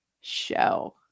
show